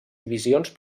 divisions